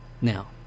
Now